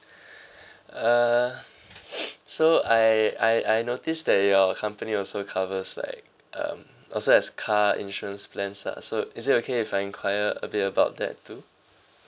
uh so I I I noticed that your company also covers like um also has car insurance plans ah so is it okay if I enquire a bit about that too